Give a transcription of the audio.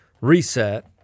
reset